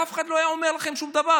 ואף אחד לא היה אומר לכם שום דבר,